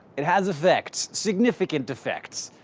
it has effects, significant effects,